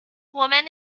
woman